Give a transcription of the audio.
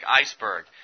iceberg